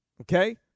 Okay